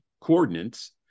coordinates